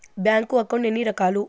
bank account ఎన్ని రకాలు